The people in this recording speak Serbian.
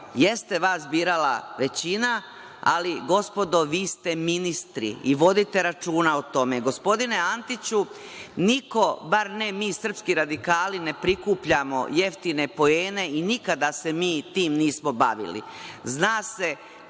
Jeste vas birala većina, ali gospodo, vi ste ministri i vodite računa o tome. Gospodine Antiću, niko, bar ne mi srpski radikali, ne prikupljamo jeftine poene i nikada se mi time nismo bavili.